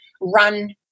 run